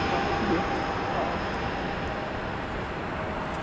अह दे अह अह जायो जायो दे